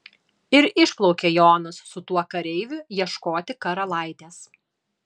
ir išplaukė jonas su tuo kareiviu ieškoti karalaitės